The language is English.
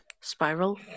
Spiral